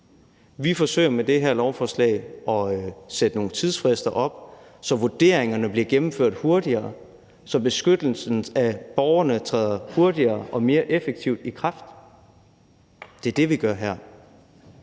Vi forsøger med det her lovforslag at sætte nogle tidsfrister op, så vurderingerne bliver gennemført hurtigere, og så beskyttelsen af borgerne træder hurtigere og mere effektivt i kraft. Det er det, vi gør her.